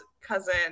cousin